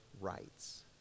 rights